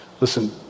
Listen